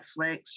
Netflix